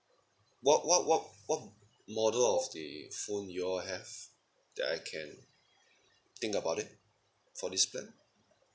what what what what model of the phone you all have that I can think about it for this plan